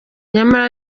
nyamara